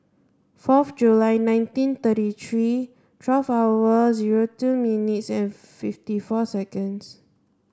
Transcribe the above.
fourth July nineteen thirty three twelve hour zero two minutes and fifty four seconds